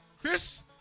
Chris